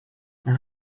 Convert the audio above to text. nach